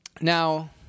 Now